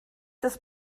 ist